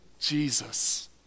Jesus